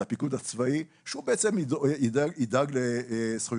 על הפיקוד הצבאי שהוא בעצם ידאג לזכויותינו,